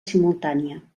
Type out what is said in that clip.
simultània